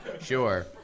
Sure